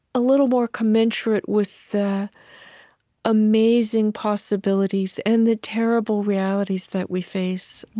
a little more commensurate with the amazing possibilities and the terrible realities that we face. and,